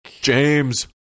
james